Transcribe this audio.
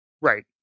Right